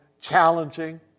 challenging